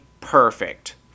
perfect